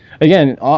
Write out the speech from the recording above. again